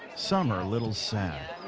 some are a little sad.